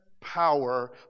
power